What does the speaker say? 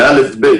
בא'-ב'